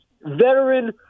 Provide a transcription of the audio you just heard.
veteran